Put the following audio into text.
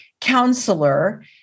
counselor